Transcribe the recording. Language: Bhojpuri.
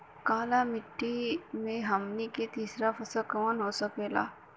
काली मिट्टी में हमनी के तीसरा फसल कवन हो सकेला?